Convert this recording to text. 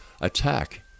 attack